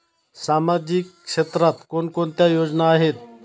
सामाजिक क्षेत्रात कोणकोणत्या योजना आहेत?